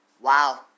wow